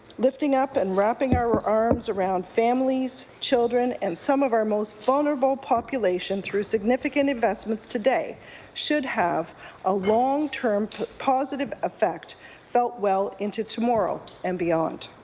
lifting up and wrapping our arms around families, children, and some of our most vulnerable population through significant investments today should have a long-term positive effect well into tomorrow and beyond.